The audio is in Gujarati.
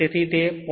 તેથી તે 0